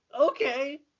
Okay